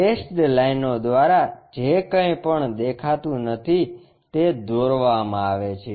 dashed લાઇનો દ્વારા જે કંઈપણ દેખાતું નથી તે દોરવામાં આવે છે